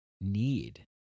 need